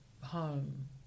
home